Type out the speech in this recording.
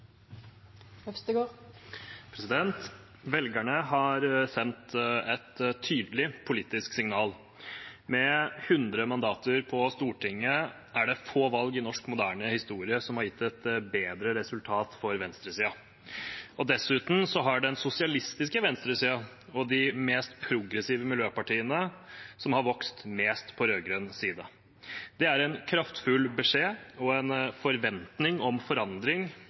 Velgerne har sendt et tydelig politisk signal. Med 100 mandater på Stortinget er det få valg i norsk moderne historie som har gitt et bedre resultat for venstresiden. Dessuten er det den sosialistiske venstresiden og de mest progressive miljøpartiene som har vokst mest på rød-grønn side. Det er en kraftfull beskjed og en forventning om forandring